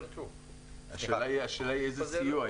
השאלה היא איזה סיוע.